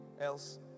Else